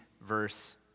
verse